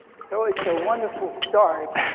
so it's a wonderful start.